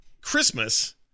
Christmas